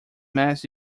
mess